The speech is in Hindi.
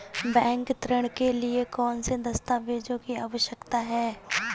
बैंक ऋण के लिए कौन से दस्तावेजों की आवश्यकता है?